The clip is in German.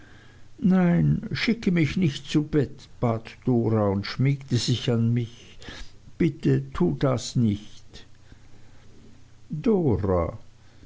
nein schicke mich nicht zu bett bat dora und schmiegte sich an mich bitte tu das nicht dora